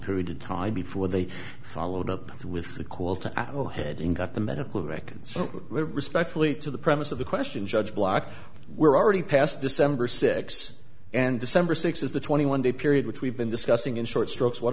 period of time before they followed up with the call to head in got the medical records respectfully to the premise of the question judge block were already past december six and december sixth is the twenty one day period which we've been discussing in short strokes what